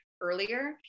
earlier